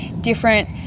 different